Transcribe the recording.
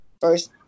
first